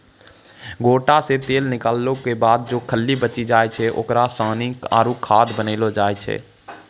गोटा से तेल निकालो के बाद जे खल्ली बची जाय छै ओकरा सानी आरु खाद बनैलो जाय छै